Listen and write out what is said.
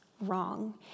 Wrong